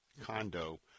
condo